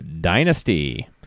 dynasty